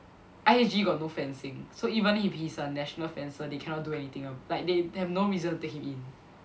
I_F_G got no fencing so even if he's a national fencer they cannot do anything orh like they they have no reason to take him in